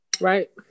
Right